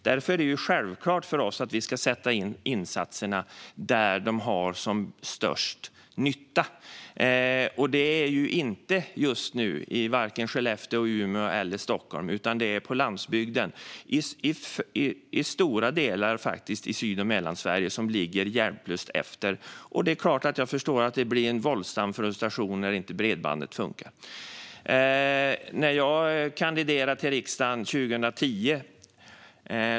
Därför är det självklart för oss att vi ska sätta in insatserna där de gör störst nytta, och det är just nu inte i vare sig Skellefteå, Umeå eller Stockholm, utan det är på landsbygden. Det är faktiskt stora delar av Syd och Mellansverige som ligger hjälplöst efter. Det är klart att jag förstår att det blir en våldsam frustration när inte bredbandet funkar. Jag kandiderade till riksdagen 2010.